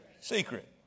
secret